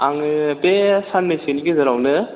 आङो बे साननैसोनि गेजेरावनो